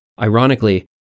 Ironically